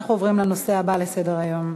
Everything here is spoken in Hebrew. אנחנו עוברים לנושא הבא על סדר-היום.